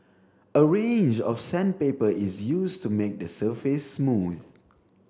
a range of sandpaper is used to make the surface smooth